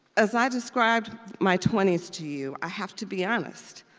as i described my twenty s to you, i have to be honest,